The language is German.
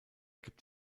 gibt